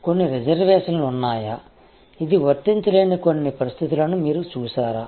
కొన్ని రిజర్వేషన్లు ఉన్నాయా ఇది వర్తించలేని కొన్ని పరిస్థితులను మీరు చూసారా